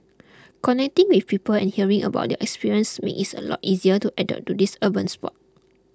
connecting with people and hearing about their experience makes its a lot easier to adapt to this urban sport